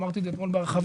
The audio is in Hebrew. אמרתי את זה אתמול בהרחבה,